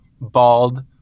bald